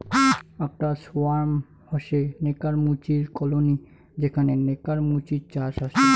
আকটা সোয়ার্ম হসে নেকার মুচির কলোনি যেখানে নেকার মুচির চাষ হসে